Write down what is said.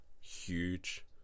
huge